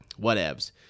whatevs